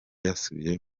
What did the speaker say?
yasubiye